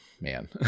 man